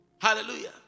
hallelujah